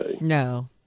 No